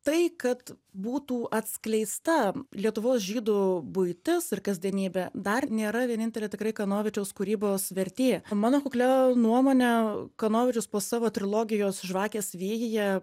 tai kad būtų atskleista lietuvos žydų buitis ir kasdienybė dar nėra vienintelė tikrai kanovičiaus kūrybos vertė mano kuklia nuomone kanovičius po savo trilogijos žvakės vėjyje